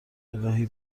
االهی